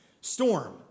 storm